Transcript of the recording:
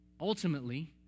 Ultimately